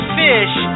fish